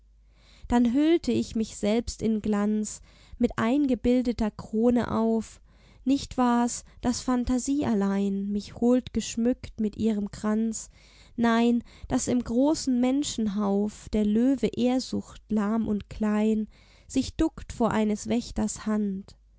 dann hüllte ich mich selbst in glanz mit eingebildeter krone auf nicht war's daß phantasie allein mich hold geschmückt mit ihrem kranz nein daß im großen menschenhauf der löwe ehrsucht lahm und klein sich duckt vor eines wächters hand